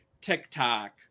TikTok